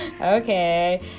Okay